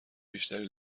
بیشتری